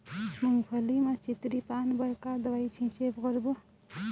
मूंगफली म चितरी पान बर का दवई के छींचे करबो?